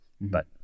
but-